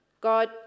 God